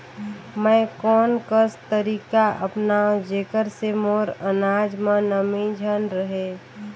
मैं कोन कस तरीका अपनाओं जेकर से मोर अनाज म नमी झन रहे?